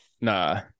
Nah